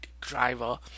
driver